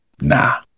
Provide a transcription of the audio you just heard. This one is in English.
nah